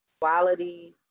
quality